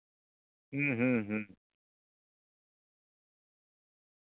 ᱦᱩᱸ ᱦᱩᱸ ᱦᱩᱸ